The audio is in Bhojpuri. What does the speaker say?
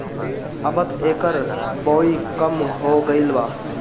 अबत एकर बओई कम हो गईल बा